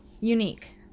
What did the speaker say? unique